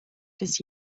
des